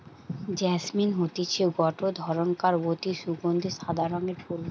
jasmine হতিছে গটে ধরণকার অতি সুগন্ধি সাদা রঙের ফুল